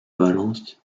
valence